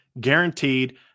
guaranteed